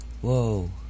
Whoa